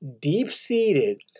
deep-seated